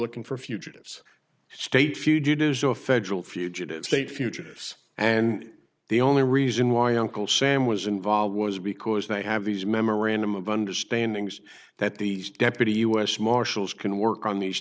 looking for fugitives state fugitives or federal fugitive state fugitives and the only reason why uncle sam was involved was because they have these memorandum of understanding that the deputy u s marshals can work on these